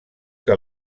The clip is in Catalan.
que